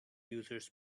users